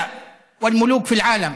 (אומר דברים בשפה הערבית,